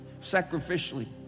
sacrificially